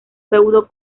feudo